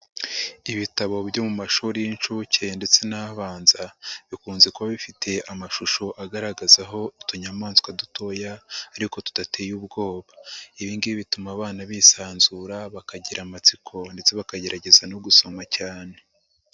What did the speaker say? Ibitabo byo mu mashuri y'incuke ndetse n'abanza bikunze kuba bifite amashusho agaragaza aho utunyamaswa dutoya ariko tudateye ubwoba, ibi ngi bituma abana bisanzura bakagira amatsiko ndetse bakagerageza no gusoma cyane.